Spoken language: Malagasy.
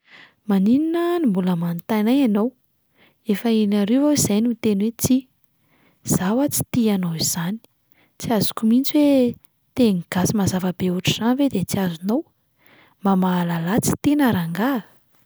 "Manina no mbola manontany ahy ianao? Efa in'arivo aho izay no niteny hoe tsia! Izaho ho'aho tsy tia anao izany, tsy azoko mihitsy hoe teny gasy mazava be ohatr'izany ve de tsy azonao, mba mahalalà tsy tiana rangaha a!"